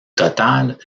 total